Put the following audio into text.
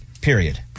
period